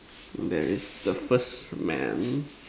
there is the first man